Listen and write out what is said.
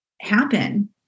happen